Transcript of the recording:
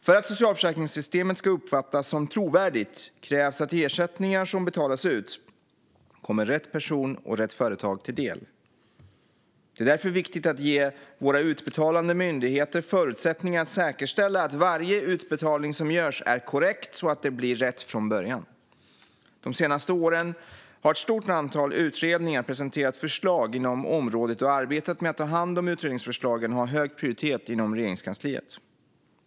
För att socialförsäkringssystemet ska uppfattas som trovärdigt krävs att ersättningar som betalas ut kommer rätt person och rätt företag till del. Det är därför viktigt att ge våra utbetalande myndigheter förutsättningar att säkerställa att varje utbetalning som görs är korrekt så att det blir rätt från början. De senaste åren har ett stort antal utredningar presenterat förslag inom området, och arbetet med att ta om hand utredningsförslagen har hög prioritet inom Regeringskansliet.